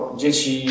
dzieci